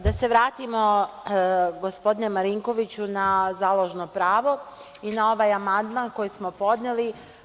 Da se vratimo, gospodine Marinkoviću, na založno pravo i na ovaj amandman koji smo podneli.